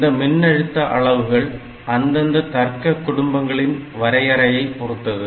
இந்த மின்னழுத்த அளவுகள் அந்தந்த தர்க்க குடும்பங்களின் வரையறையை பொறுத்தது